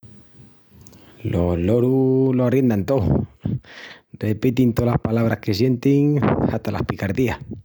Los lorus lo arriendan tou, repitin tolas palabras que sientin, hata las picardías.